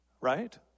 right